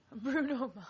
Bruno